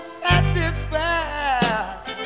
satisfied